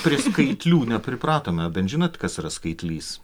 prie skaitlių nepripratome bent žinot kas yra skaitlys